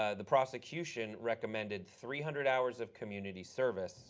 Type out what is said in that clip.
ah the prosecution recommended three hundred hours of community service